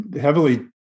heavily